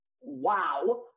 wow